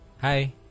hi